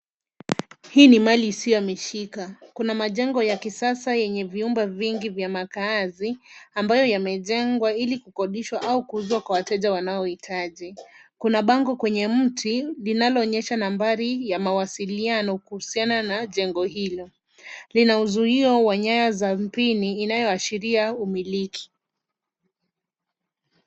Hii ni mali isiyoamishika. Kuna majengo ya kisasa yenye vyumba vingi vya makaazi ambayo yamejengwa ili kukodishwa au kuuzwa kwa wateja wanaohitaji. Kuna bango kwenye mti linaonyesha nambari ya mawasiliano kuhusiana na jengo hilo. Lina uzuio wa nyaya za mpini inayoashiria umiliki.